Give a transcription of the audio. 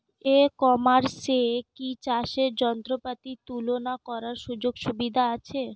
ই কমার্সে কি চাষের যন্ত্রপাতি তুলনা করার সুযোগ সুবিধা আছে?